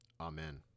Amen